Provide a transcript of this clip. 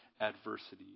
adversity